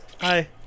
Hi